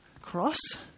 cross